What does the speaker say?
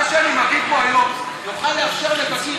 מה שאני מביא פה היום יוכל לאפשר לבגיר